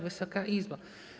Wysoka Izbo!